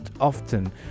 often